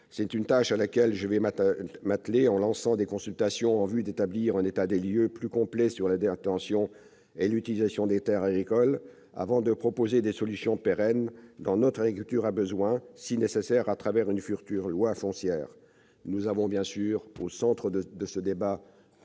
C'est une tâche à laquelle je vais m'atteler, en lançant des consultations pour établir un état des lieux plus complet sur la détention et l'utilisation des terres agricoles, avant de proposer les solutions pérennes, dont notre agriculture a tant besoin, dans une future loi foncière. La définition du statut de